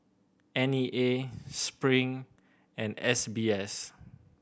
N E A Spring and S B S